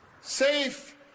safe